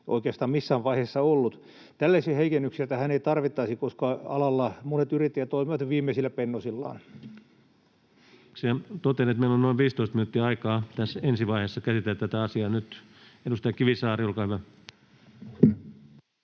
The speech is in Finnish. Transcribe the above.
oikeastaan missään vaiheessa ollut. Tällaisia heikennyksiä tähän ei tarvittaisi, koska alalla monet yrittäjät toimivat viimeisillä pennosillaan. Kiitoksia. — Totean, että meillä on noin 15 minuuttia aikaa tässä ensivaiheessa käsitellä tätä asiaa. — Nyt edustaja Kivisaari, olkaa hyvä.